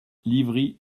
livry